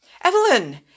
Evelyn